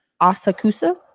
Asakusa